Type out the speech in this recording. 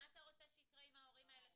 מה אתה רוצה שיקרה עם ההורים האלה,